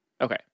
Okay